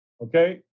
Okay